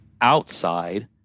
outside